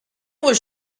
was